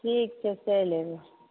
ठीक छै चैलि अयबै